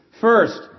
First